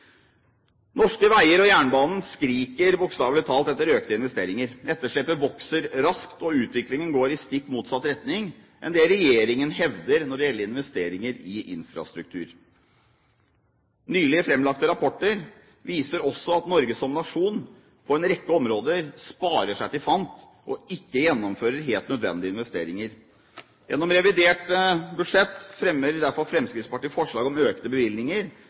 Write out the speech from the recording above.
Norske veier og jernbaner skriker bokstavelig talt etter økte investeringer. Etterslepet vokser raskt, og utviklingen går i stikk motsatt retning av det regjeringen hevder når det gjelder investeringer i infrastruktur. Nylig fremlagte rapporter viser også at Norge som nasjon på en rekke områder sparer seg til fant og ikke gjennomfører helt nødvendige investeringer. Gjennom revidert budsjett fremmer derfor Fremskrittspartiet forslag om økte bevilgninger,